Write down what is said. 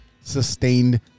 sustained